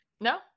No